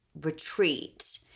retreat